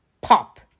Pop